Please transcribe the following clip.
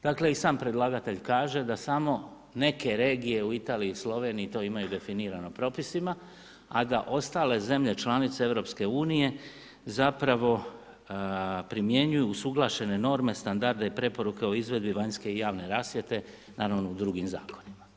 Dakle i sam predlagatelj kaže da samo neke regije u Italiji i Sloveniji to imaju definirano propisima, a da ostale zemlje članice EU zapravo primjenjuju usuglašene norme, standarde i preporuke o izvedbi vanjske i javne rasvjete, naravno u drugim zakonima.